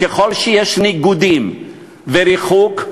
ככל שיש ניגודים וריחוק,